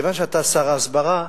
מכיוון שאתה שר ההסברה,